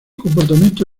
comportamiento